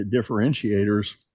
differentiators